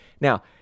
Now